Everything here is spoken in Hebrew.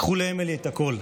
לקחו לאמילי את הקול.